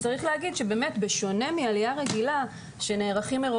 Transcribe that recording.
צריך לומר שבאמת בשונה מעלייה רגילה שנערכים אליה מראש,